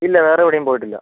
ഇല്ല വേറെ എവിടെയും പോയിട്ടില്ല